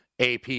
AP